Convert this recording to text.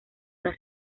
una